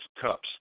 cups